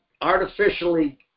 artificially